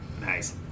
Nice